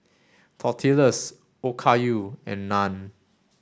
Tortillas Okayu and Naan